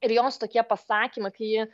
ir jos tokie pasakymai kai ji